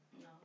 No